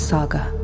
Saga